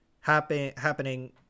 happening